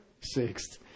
Sixth